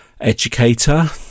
educator